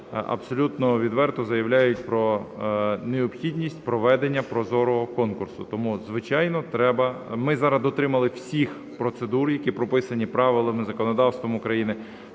абсолютно відверто заявляють про необхідність проведення прозорого конкурсу. Тому, звичайно, треба… Ми зараз дотримались всіх процедур, які прописані правилами, законодавством України.